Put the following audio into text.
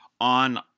on